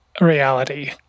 reality